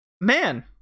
Man